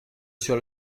sur